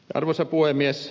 arvoisa puhemies